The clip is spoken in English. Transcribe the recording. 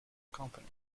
company